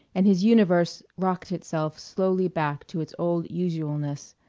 and his universe rocked itself slowly back to its old usualness,